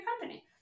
company